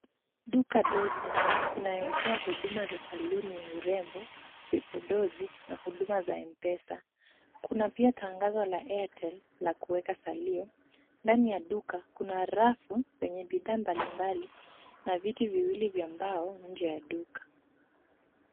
Duka dogo inayotoa huduma za saluni ya urembo, vipodozi na huduma za Mpesa. Kuna pia tangazo la Airtel la kuweka salio. Ndani ya duka kuna rafu zenye bidhaa mbalimbali na viti viwili vya mbao nje ya duka.